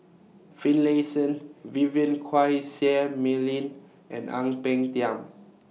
Finlayson Vivien Quahe Seah Mei Lin and Ang Peng Tiam